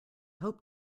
hope